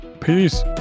Peace